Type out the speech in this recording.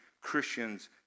Christians